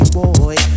Boy